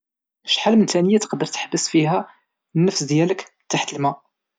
شحال من ثانية تقدر تحبس فيها النفس ديالك تحت الما؟